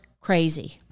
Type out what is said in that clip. crazy